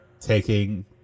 taking